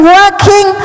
working